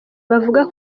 bavuga